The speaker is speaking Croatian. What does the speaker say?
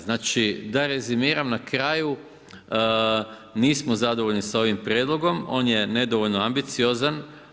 Znači da rezimiram na kraju, nismo zadovoljni sa ovim prijedlogom, on je nedovoljno ambiciozan.